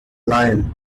lion